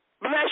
Bless